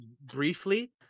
briefly